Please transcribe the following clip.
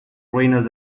ruinas